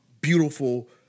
beautiful